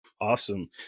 Awesome